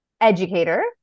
educator